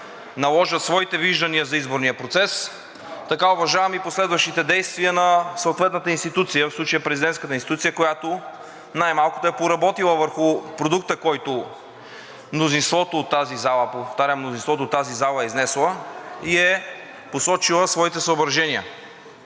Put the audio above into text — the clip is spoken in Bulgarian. наложат своите виждания за изборния процес, така уважавам и последващите действия на съответната институция, в случая президентската институция, която най-малкото е поработила върху продукта, който мнозинството от тази зала – повтарям – мнозинството от тази зала е изнесла и е посочила своите съображения.